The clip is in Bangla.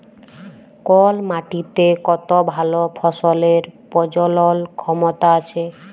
কল মাটিতে কত ভাল ফসলের প্রজলল ক্ষমতা আছে